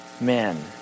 men